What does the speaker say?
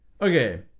Okay